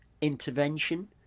intervention